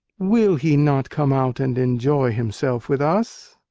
will he not come out and enjoy himself with us?